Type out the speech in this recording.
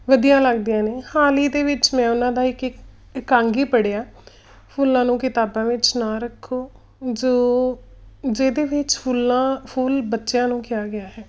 ਵਧੀਆ ਲੱਗਦੀਆਂ ਨੇ ਹਾਲ ਹੀ ਦੇ ਵਿੱਚ ਮੈਂ ਉਹਨਾਂ ਦਾ ਇੱਕ ਇਕਾਂਗੀ ਪੜ੍ਹਿਆ ਫੁੱਲਾਂ ਨੂੰ ਕਿਤਾਬਾਂ ਵਿੱਚ ਨਾ ਰੱਖੋ ਜੋ ਜਿਹਦੇ ਵਿੱਚ ਫੁੱਲਾਂ ਫੁੱਲ ਬੱਚਿਆਂ ਨੂੰ ਕਿਹਾ ਗਿਆ ਹੈ